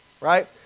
right